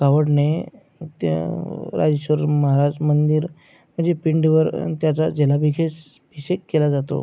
कावडने त्या राजेश्वर महाराज मंदिर म्हणजे पिंडीवर त्याचा जलाभिषेक षेक केला जातो